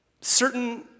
certain